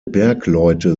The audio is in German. bergleute